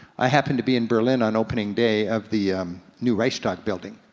i happened to be in berlin on opening day of the new reichstag building.